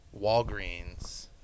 Walgreens